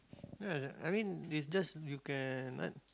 no as in I mean it's just you can